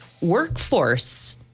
workforce